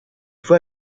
fue